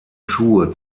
schuhe